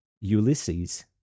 Ulysses